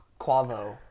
Quavo